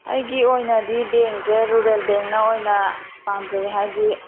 ꯑꯩꯒꯤ ꯑꯣꯏꯅꯗꯤ ꯕꯦꯡꯁꯦ ꯔꯨꯔꯦꯜ ꯕꯦꯡꯅ ꯑꯣꯏꯅ ꯄꯥꯃꯖꯩ ꯍꯥꯏꯗꯤ